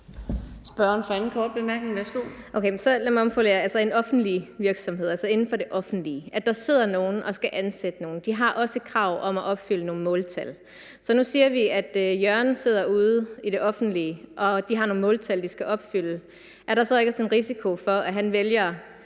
Jessen (DD): Okay, men så lad mig omformulere det. I en virksomhed inden for det offentlige sidder der nogle og skal ansætte nogle, og der er også et krav om, at de skal opfylde nogle måltal. Nu siger vi, at Jørgen sidder ude i det offentlige, og de har nogle måltal, de skal opfylde. Er der så ikke også en risiko for, at han vælger